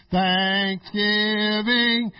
thanksgiving